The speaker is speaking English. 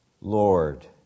Lord